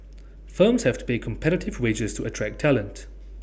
firms have to pay competitive wages to attract talent